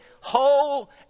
whole